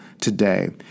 today